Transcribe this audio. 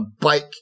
bike